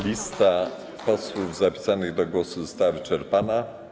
Lista posłów zapisanych do głosu została wyczerpana.